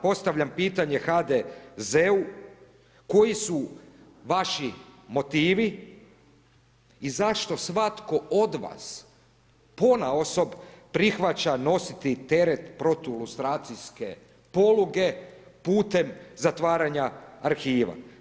Postavljam pitanje HDZ-u koji su vaši motivi i zašto svatko od vas ponaosob prihvaća nositi teret protulustracijske poluge putem zatvaranja arhiva?